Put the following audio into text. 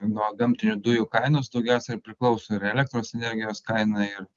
nuo gamtinių dujų kainos daugiausia ir priklauso ir elektros energijos kaina ir